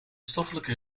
stoffelijke